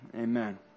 amen